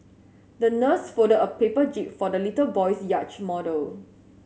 the nurse folded a paper jib for the little boy's yacht model